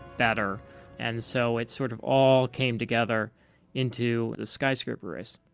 better and so it sort of all came together into the skyscraper race.